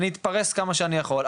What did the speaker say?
אני אתפרס כמה שאני יכול,